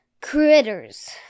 Critters